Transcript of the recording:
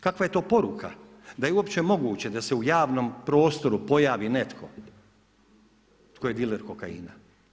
Kakva je to poruka da je uopće moguće da se u javnom prostoru pojavi netko tko je diler kokaina.